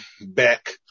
back